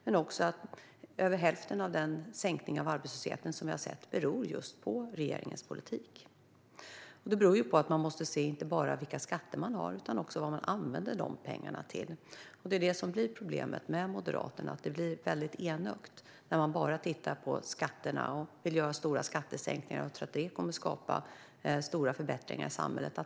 Vidare framgår det att över hälften av sänkningen av arbetslösheten beror just på regeringens politik. Man måste titta på skatterna och vad pengarna används till. Problemet med Moderaterna är att det blir enögt när man bara tittar på skattesänkningar och tror att de kommer att skapa stora förbättringar i samhället.